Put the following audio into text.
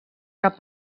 cap